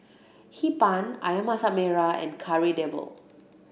Hee Pan Ayam Mmasak Merah and Kari Debal